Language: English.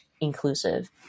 inclusive